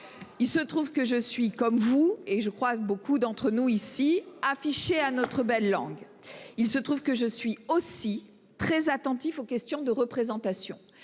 Il se trouve que je suis comme vous et je crois que beaucoup d'entre nous ici affiché à notre belle langue. Il se trouve que je suis aussi très attentif aux questions de représentation.